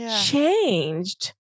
changed